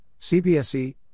CBSE